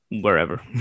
wherever